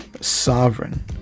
sovereign